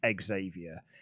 Xavier